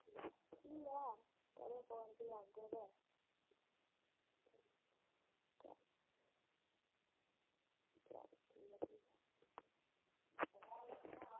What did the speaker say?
ठीक ऐ करेओ फोन फ्ही आह्गे ते ठीक